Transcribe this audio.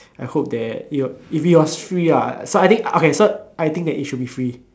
I hope that it'll if it was free ah so I think okay so I think that it should be free